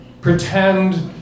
pretend